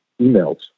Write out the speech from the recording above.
emails